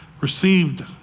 received